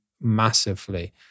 massively